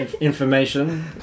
information